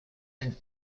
been